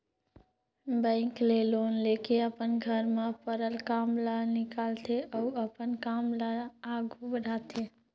bank ले loan लेके अपन घर में परल काम ल निकालथे अउ अपन काम ल आघु बढ़ाथे